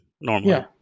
normally